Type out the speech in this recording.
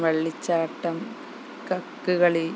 വള്ളിച്ചാട്ടം കക്ക് കളി